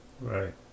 Right